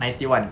ninety one